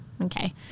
Okay